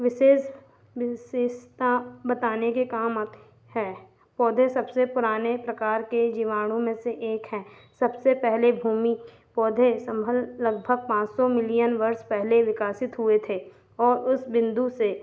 विशेष विशेषता बताने के काम आती है पौधे सबसे पुराने प्रकार के जीवाणुओं में से एक हैं सबसे पहले भूमि पौधे सम्भव लगभग पाँच सौ मिलियन वर्ष पहले विकसित हुए थे और उस बिन्दु से